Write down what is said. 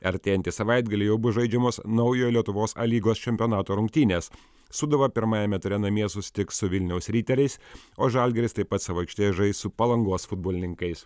artėjantį savaitgalį jau bus žaidžiamos naujojo lietuvos a lygos čempionato rungtynės sūduva pirmajame ture namie susitiks su vilniaus riteriais o žalgiris taip pat savo aikštėje žais su palangos futbolininkais